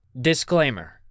Disclaimer